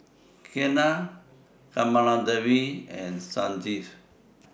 Ketna Kamaladevi and Sanjeev